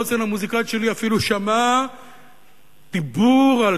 האוזן המוזיקלית שלי אפילו שמעה דיבור על